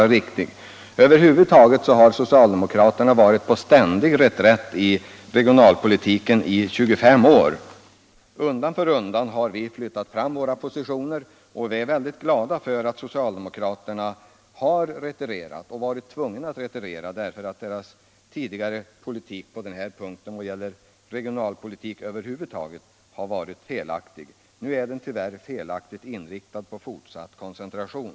Över huvud taget har socialdemokraterna varit på ständig reträtt i regionalpolitiken i 25 år. Undan för undan har centern flyttat fram sina positioner. Vi är glada för att socialdemokraterna har retirerat. Deras regionalpolitik har varit och är tyvärr ännu felaktig, eftersom den tyvärr är inriktad på fortsatt koncentration.